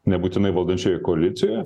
nebūtinai valdančiojoj koalicijoje